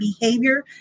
behavior